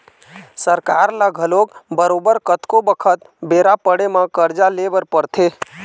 सरकार ल घलोक बरोबर कतको बखत बेरा पड़े म करजा ले बर परथे